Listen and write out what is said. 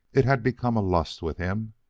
it had become a lust with him.